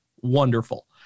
wonderful